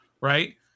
right